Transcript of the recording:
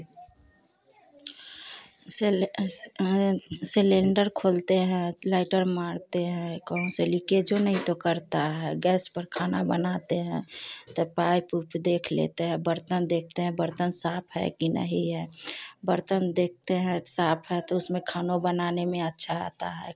cylinder खोलते हैं lighter मारते हैं कहू से लीकेजो नहीं तो करता है गैस पर खाना बनाते हैं तो पाइप उप देख लेते हैं बर्तन देखते हैं बर्तन साफ़ है कि नहीं है बर्तन देखते हैं साफ़ है तो उसमें खानों बनाने में अच्छा आता है